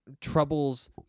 troubles